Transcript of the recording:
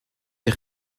die